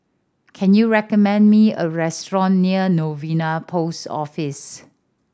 can you recommend me a restaurant near Novena Post Office